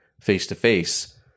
face-to-face